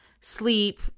sleep